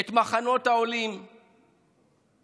את מחנות העולים והמעברות,